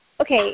okay